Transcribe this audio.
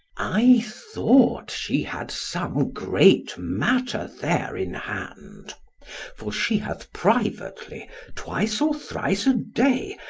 i thought she had some great matter there in hand for she hath privately twice or thrice a day,